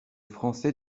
français